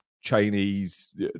Chinese